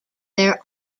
there